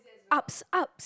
ups ups